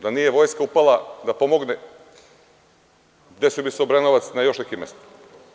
Da nije vojska upala da pomogne, desio bi se Obrenovac na još nekim mestima.